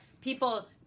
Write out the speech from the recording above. people